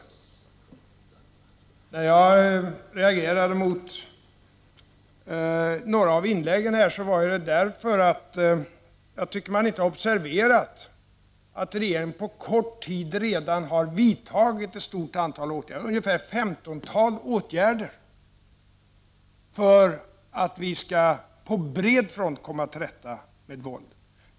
Anledningen till att jag reagerade mot några av inläggen var att man inte tycks ha observerat att regeringen redan på kort tid har vidtagit ett stort antal, ungefär ett 15-tal, åtgärder för att vi på bred front skall komma till rätta med våldet.